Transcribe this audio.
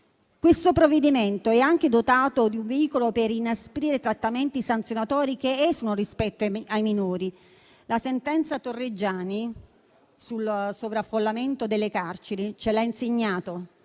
questo provvedimento è anche dotato di un veicolo per inasprire trattamenti sanzionatori che esulano rispetto ai minori. La sentenza Torreggiani sul sovraffollamento delle carceri ce l'ha insegnato: